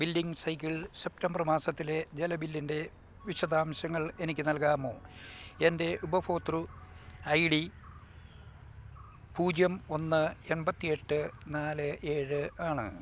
billing cycle September മാസത്തിലെ ജല ബില്ലിന്റെ വിശദാംശങ്ങൾ എനിക്ക് നൽകാമോ എന്റെ ഉപഭോക്തൃ ഐ ഡി പൂജ്യം ഒന്ന് എണ്പത്തിയെട്ട് നാല് ഏഴ് ആണ്